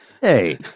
Hey